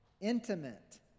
intimate